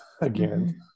again